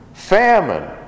famine